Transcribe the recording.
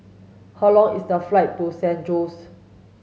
how long is the flight to San Jose